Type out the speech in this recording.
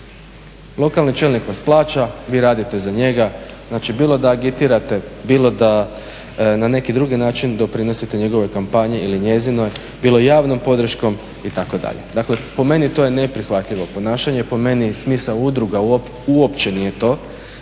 Lokalni čelnik vas plaća, vi radite za njega. Znači bilo da agitirate, bilo da na neki drugi način doprinosite njegovoj kampanji ili njezinoj, bilo javnom podrškom itd. Dakle, po meni to je neprihvatljivo ponašanje, po meni smisao udruga uopće nije to.